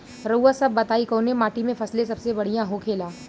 रउआ सभ बताई कवने माटी में फसले सबसे बढ़ियां होखेला?